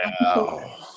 Wow